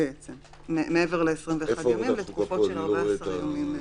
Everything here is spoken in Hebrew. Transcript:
מעבר ל-21 לתקופות של 14 ימים.